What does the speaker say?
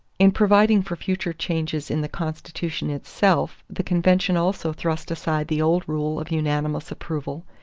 in providing for future changes in the constitution itself the convention also thrust aside the old rule of unanimous approval,